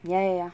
ya ya ya